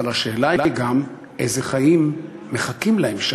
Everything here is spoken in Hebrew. אבל השאלה היא גם, איזה חיים מחכים להם שם?